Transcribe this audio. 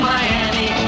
Miami